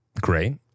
Great